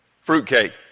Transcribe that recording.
Fruitcake